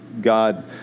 God